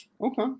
Okay